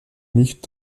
nicht